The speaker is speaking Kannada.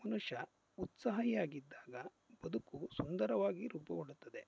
ಮನುಷ್ಯ ಉತ್ಸಾಹಿಯಾಗಿದ್ದಾಗ ಬದುಕು ಸುಂದರವಾಗಿ ರೂಪುಗೊಳ್ಳುತ್ತದೆ